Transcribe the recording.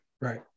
right